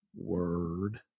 Word